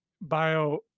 bio